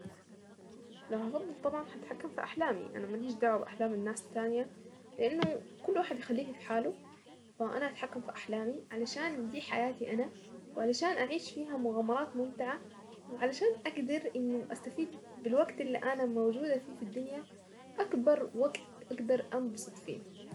لو هفضلل طبعا هتحكم في احلامي انا ما ليش دعوة باحلام الناس التانية. لانه كل واحد يخليه في حاله فانا اتحكم في احلامي علشان دي حياتي انا وعلشان اعيش فيها مغامرات ممتعة وعلشان اقدر انه استفيد بالوقت اللي انا موجودة فيه في الدنيا اكبر وقت اقدر انبسط فيه.